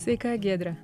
sveika giedre